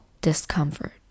discomfort